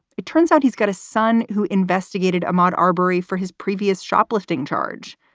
it turns out he's got a son who investigated a marberry for his previous shoplifting charge.